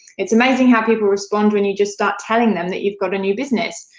it's amazing how people respond when you just start telling them that you've got a new business.